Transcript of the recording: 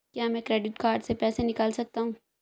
क्या मैं credit card से पैसे निकाल सकता हूँ?